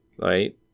right